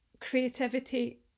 creativity